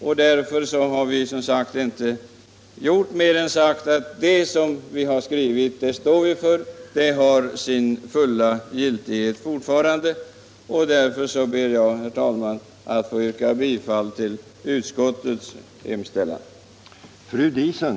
Detta uttalande står vi som sagt för, och det har fortfarande sin fulla giltighet. Därför vill jag, herr talman, yrka bifall till utskottets hemställan.